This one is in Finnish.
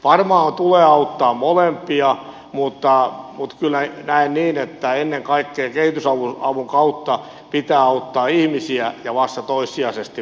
varmaan tulee auttaa molempia mutta kyllä näen niin että ennen kaikkea kehitysavun kautta pitää auttaa ihmisiä ja vasta toissijaisesti valtioita